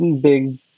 big